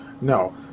No